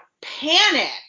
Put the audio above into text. panic